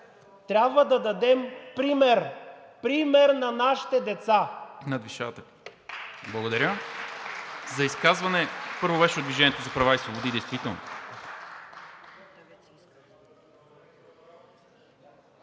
Трябва да дадем пример, пример на нашите деца.